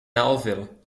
melville